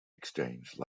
exchange